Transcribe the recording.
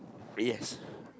yes